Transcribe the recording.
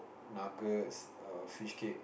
nuggets err fishcake